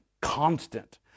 constant